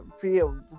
field